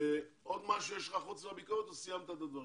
עוד משהו יש לך חוץ מהביקורת או שסיימת את הדברים?